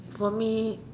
for me